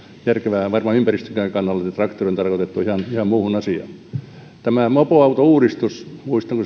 järkevää varmaan ympäristönkään kannalta traktori on tarkoitettu ihan muuhun asiaan muistan kun tämä mopoautouudistus